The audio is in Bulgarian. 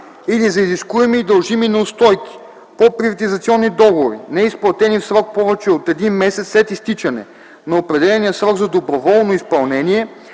или за изискуеми и дължими неустойки по приватизационни договори, неизплатени в срок повече от един месец след изтичане на определения срок за доброволно изпълнение,